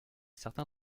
certain